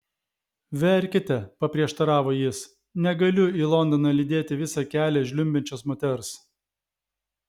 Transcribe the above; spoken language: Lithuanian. verkiate paprieštaravo jis negaliu į londoną lydėti visą kelią žliumbiančios moters